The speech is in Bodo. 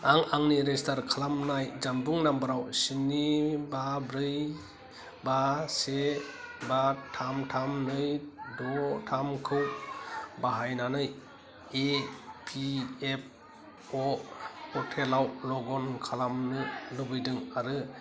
आं आंनि रेजिस्थार खालामनाय जानबुं नाम्बारआव स्नि बा ब्रै बा से बा थाम थाम नै द' थाम खौ बाहायनायनै ए पि एप अ' पर्टेल आव लग इन खालामनो लुबैदों आरो